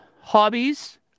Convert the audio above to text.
hobbies